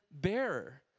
bearer